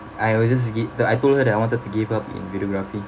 I will just gi~ I told her that I wanted to give up in videography